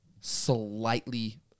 slightly